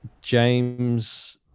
James